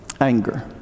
anger